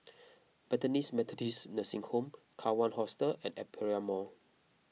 Bethany's Methodist Nursing Home Kawan Hostel and Aperia Mall